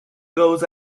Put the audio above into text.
goes